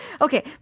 Okay